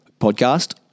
podcast